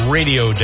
Radio